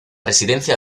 residencia